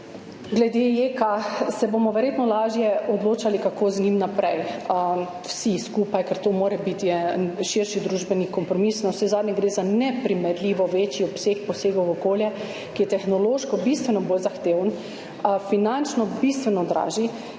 glede JEK, se bomo verjetno lažje odločali, kako z njim naprej. Odločali se bomo vsi skupaj, ker mora to biti širši družbeni kompromis. Navsezadnje gre za neprimerljivo večji obseg posegov v okolje, ki so tehnološko bistveno bolj zahtevni, finančno bistveno dražji